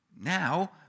Now